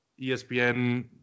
ESPN